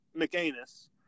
McAnus